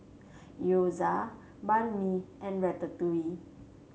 Gyoza Banh Mi and Ratatouille